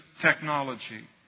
technology